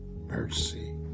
mercy